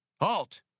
Halt